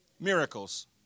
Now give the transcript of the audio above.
Miracles